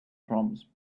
proms